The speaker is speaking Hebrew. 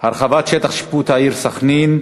הרחבת שטח השיפוט של העיר סח'נין,